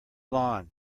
lawn